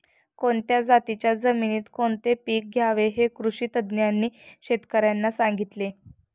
कोणत्या जातीच्या जमिनीत कोणते पीक घ्यावे हे कृषी तज्ज्ञांनी शेतकर्यांना सांगितले